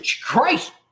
Christ